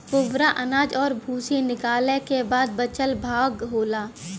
पुवरा अनाज और भूसी निकालय क बाद बचल भाग होला